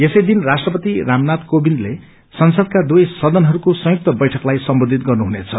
यसैदिन राष्ट्रपति रामनाय कोविन्दले संसदका दुवैसदनहरूको संयुक्त वैठकलाई सम्बोधित गर्नुहुनेछ